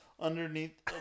underneath